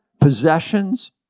possessions